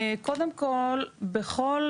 קודם כל בכל